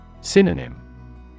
Synonym